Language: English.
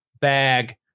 bag